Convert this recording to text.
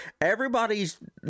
everybody's